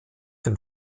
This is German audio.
den